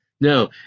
No